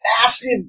massive